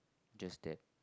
just that